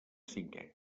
cinquè